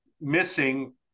missing